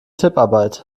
tipparbeit